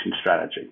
strategy